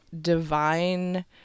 divine